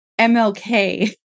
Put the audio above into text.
mlk